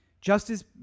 justice